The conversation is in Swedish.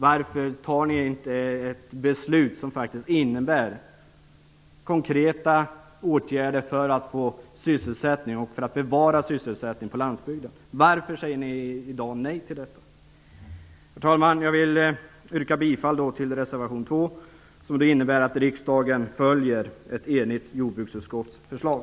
Varför fattar ni inte ett beslut som faktiskt innebär konkreta åtgärder för att få, och bevara, sysselsättning på landsbygden? Varför säger ni i dag nej till detta? Herr talman! Jag vill yrka bifall till reservation 2, som innebär att riksdagen följer ett enigt jordbruksutskotts förslag.